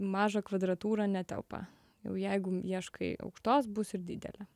mažą kvadratūrą netelpa jau jeigu ieškai aukštos bus ir didelė